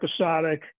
episodic